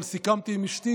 אבל סיכמתי עם אשתי,